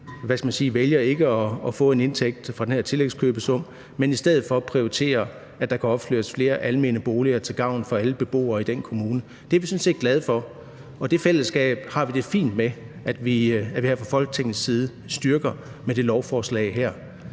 vælger ikke at få en indtægt fra den her tillægskøbesum, men i stedet for prioriterer, at der kan opføres flere almene boliger til gavn for alle beboere i den kommune. Det er vi sådan set glade for, og det fællesskab har vi det fint med at vi her fra Folketingets side styrker med det her lovforslag.